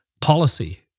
policy